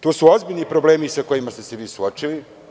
To su ozbiljni problemi sa kojima smo se mi suočili.